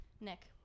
nick